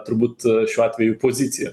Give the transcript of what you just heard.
turbūt šiuo atveju pozicija